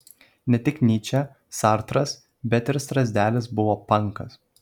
ne tik nyčė sartras bet ir strazdelis buvo pankas